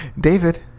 David